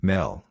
Mel